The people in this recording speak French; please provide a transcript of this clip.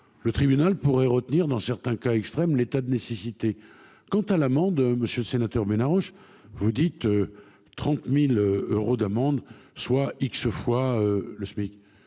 Le tribunal pourrait retenir dans certains cas extrêmes, l'état de nécessité. Quant à l'amende. Monsieur sénateur mais arrange vous dites. 30.000 euros d'amende soit X fois le SMIC.